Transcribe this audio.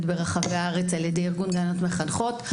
ברחבי הארץ על-ידי ארגון גננות מחנכות.